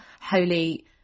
holy